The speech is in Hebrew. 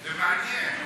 זה מעניין.